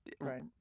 right